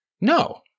no